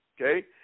okay